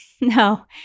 no